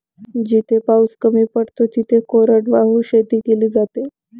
जिथे पाऊस कमी पडतो तिथे कोरडवाहू शेती केली जाते